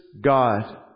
God